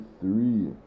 three